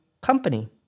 company